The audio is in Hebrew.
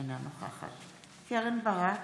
אינה נוכחת קרן ברק,